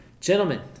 Gentlemen